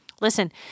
Listen